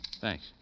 Thanks